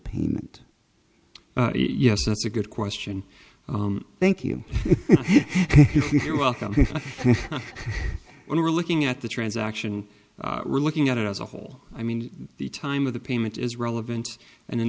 payment yes that's a good question thank you you're welcome i think we're looking at the transaction we're looking at it as a whole i mean the time of the payment is relevant and in